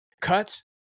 cuts